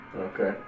Okay